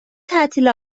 تعطیل